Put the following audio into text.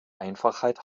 einfachheit